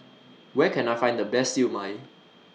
Where Can I Find The Best Siew Mai